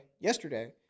yesterday